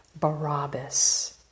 Barabbas